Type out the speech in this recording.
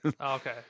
Okay